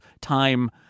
time